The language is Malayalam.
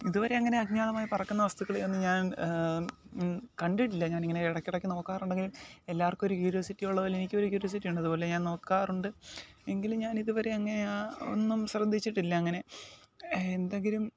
ഇതുവരെ അങ്ങനെ അജ്ഞാതമായി പറക്കുന്ന വസ്തുക്കളെ ഒന്നും ഞാൻ കണ്ടിട്ടില്ല ഞാൻ ഇങ്ങനെ ഇടയ്ക്ക് ഇടയ്ക്ക് നോക്കാറുണ്ടെങ്കിലും എല്ലാവർക്കും ഒരു ക്യുരിയോസിറ്റി ഉള്ള പോലെ എനിക്കും ക്യുരിയോസിറ്റിയുണ്ട് അതുപോലെ ഞാൻ നോക്കാറുണ്ട് എങ്കിലും ഞാൻ ഇതുവരെ അങ്ങനെ ആ ഒന്നും ശ്രദ്ധിച്ചിട്ടില്ല അങ്ങനെ എന്തെങ്കിലും